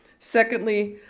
secondly,